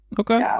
Okay